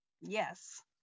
yes